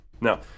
Now